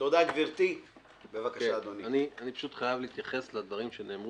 אני חייב להתייחס לדברים.